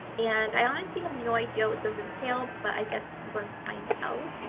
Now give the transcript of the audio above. and i honestly have no idea what those entail but i guess i'm going to find out.